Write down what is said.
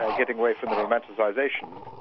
ah getting away from the romanticisation,